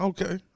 Okay